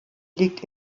liegt